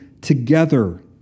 together